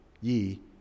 ye